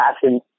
passion